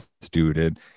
student